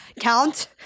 Count